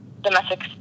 domestic